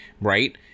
right